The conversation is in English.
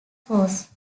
force